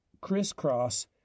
crisscross